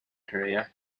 career